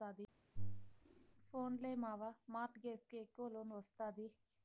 పోన్లే మావా, mortgage కి ఎక్కవ లోన్ ఒస్తాది